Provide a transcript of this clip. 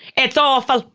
it's awful.